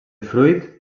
fruit